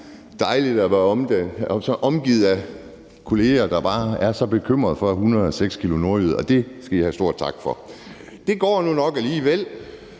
dejligt at være omgivet af kolleger, der bare er så bekymrede for 106 kg nordjyde. Det skal I have stor tak for. Det går nok alligevel.